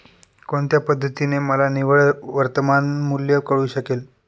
कोणत्या पद्धतीने मला निव्वळ वर्तमान मूल्य कळू शकेल?